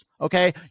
okay